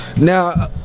Now